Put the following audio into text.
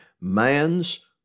man's